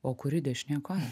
o kuri dešinė koja